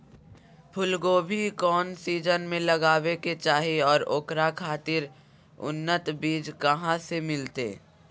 फूलगोभी कौन सीजन में लगावे के चाही और ओकरा खातिर उन्नत बिज कहा से मिलते?